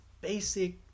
basic